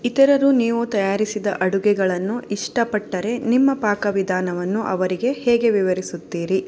ಇತರರು ನೀವು ತಯಾರಿಸಿದ ಅಡುಗೆಗಳನ್ನು ಇಷ್ಟ ಪಟ್ಟರೆ ನಿಮ್ಮ ಪಾಕ ವಿಧಾನವನ್ನು ಅವರಿಗೆ ಹೇಗೆ ವಿವರಿಸುತ್ತೀರಿ